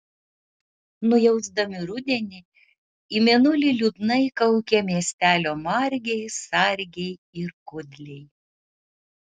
nujausdami rudenį į mėnulį liūdnai kaukė miestelio margiai sargiai ir kudliai